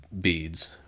beads